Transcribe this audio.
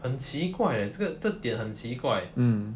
很奇怪 eh 这这点很奇怪